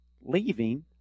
leaving